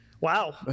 Wow